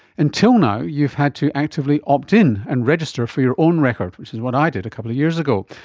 until now you've had to actively opt in and register for your own record, which is what i did a couple of years ago,